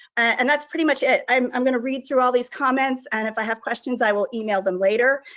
and that's pretty much it. i'm i'm gonna read through all these comments, and if i have questions, i will email them later.